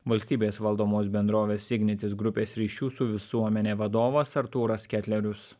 valstybės valdomos bendrovės ignitis grupės ryšių su visuomene vadovas artūras ketlerius